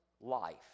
life